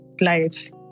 lives